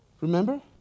Remember